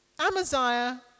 Amaziah